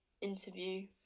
interview